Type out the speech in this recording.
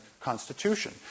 Constitution